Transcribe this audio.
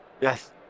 Yes